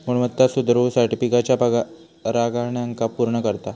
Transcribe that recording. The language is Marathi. गुणवत्ता सुधरवुसाठी पिकाच्या परागकणांका पुर्ण करता